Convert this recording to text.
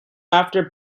after